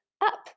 up